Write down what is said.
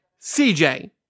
CJ